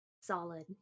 Solid